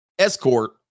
Escort